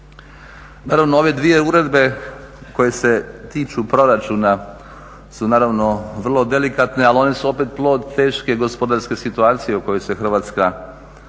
Naravno ove dvije uredbe koje se tiču proračuna su naravno vrlo delikatne, ali one su opet plod teške gospodarske situacije u kojoj se Hrvatska nalazi.